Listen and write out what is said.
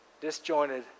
disjointed